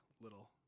little